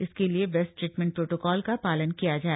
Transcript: इसके लिए best treatment protocol का पालन किया जाए